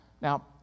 now